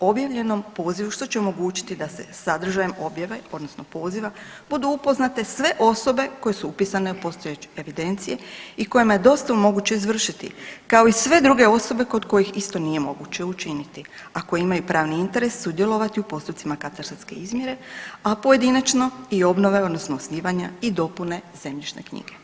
o objavljenom pozivu, što će omogućiti da se sadržajem objave, odnosno poziva budu upoznate sve osobe koje su upisane u postojeće evidencije i kojima je dosta omoguće izvršiti, kao i sve druge osobe kod kojih isto nije moguće učiniti, a koji imaju pravni interes sudjelovati u postupcima katastarske izmjere, a pojedinačno i obnove, odnosno osnivanja i dopune zemljišne knjige.